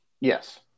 Yes